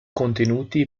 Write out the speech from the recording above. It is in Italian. contenuti